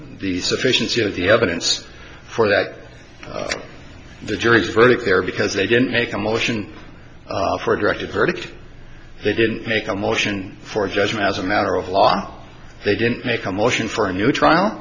of the evidence for that the jury's verdict there because they didn't make a motion for directed verdict they didn't make a motion for judgment as a matter of law they didn't make a motion for a new trial